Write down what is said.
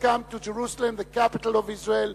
Welcome to Jerusalem, the capital of Israel.